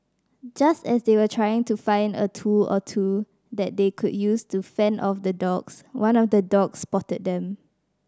just as they were trying to find a tool or two that they could use to fend off the dogs one of the dogs spotted them